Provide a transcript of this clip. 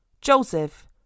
Joseph